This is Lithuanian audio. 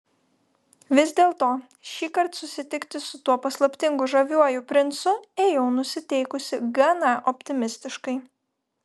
vis dėlto šįkart susitikti su tuo paslaptingu žaviuoju princu ėjau nusiteikusi gana optimistiškai